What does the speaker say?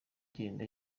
igenda